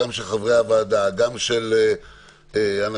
גם של חברי הוועדה,